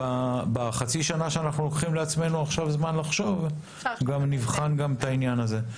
ובחצי שנה שאנחנו לוקחים לעצמנו עכשיו זמן לחשוב גם נבחן את העניין הזה.